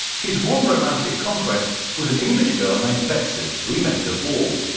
his one romantic conquest was an english girl named betsy who he met at a ball.